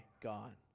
God